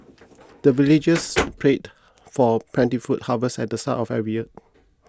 the villagers prayed for plentiful harvest at the start of every year